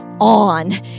on